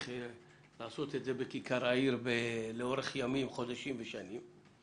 לעשות זאת בכיכר העיר לאורך ימים חודשים ושנים.